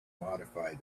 modify